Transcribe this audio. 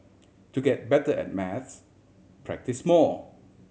to get better at maths practise more